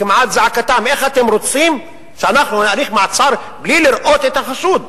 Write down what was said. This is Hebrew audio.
כמעט זעקתם: איך אתם רוצים שאנחנו נאריך מעצר בלי לראות את החשוד,